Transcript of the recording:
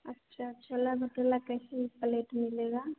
अच्छा छोला भटूरा कैसे पलेट मिलेगा